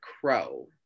Crow